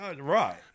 Right